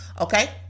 okay